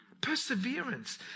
Perseverance